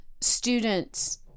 students